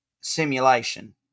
simulation